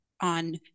On